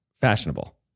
fashionable